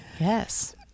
Yes